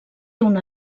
una